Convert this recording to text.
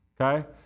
okay